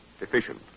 efficient